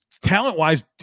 Talent-wise